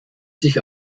sich